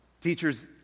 Teachers